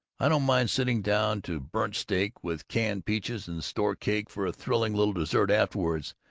i don't mind sitting down to burnt steak, with canned peaches and store cake for a thrilling little dessert afterwards,